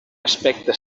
aspecte